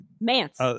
Mance